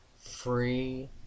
free